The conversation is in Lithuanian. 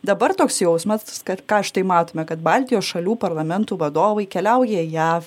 dabar toks jausmas kad ką aš tai matome kad baltijos šalių parlamentų vadovai keliauja į jav